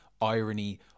irony